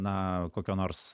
na kokio nors